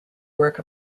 work